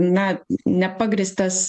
na nepagrįstas